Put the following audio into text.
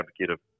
advocate